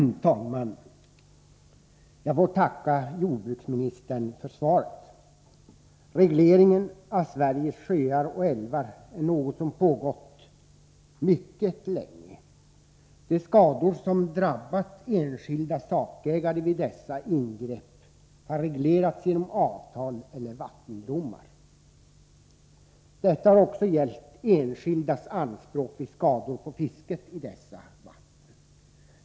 Herr talman! Jag får tacka jordbruksministern för svaret. Regleringen av Sveriges sjöar och älvar är något som pågått mycket länge. De skador som drabbat enskilda sakägare vid dessa ingrepp har reglerats genom avtal eller vattendomar. Detta har också gällt enskildas anspråk vid skador på fisket i dessa vatten.